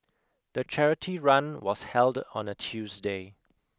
the charity run was held on a Tuesday